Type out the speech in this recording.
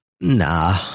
Nah